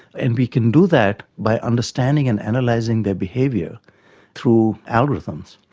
and we can do that by understanding and analysing their behaviour through algorithms.